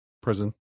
prison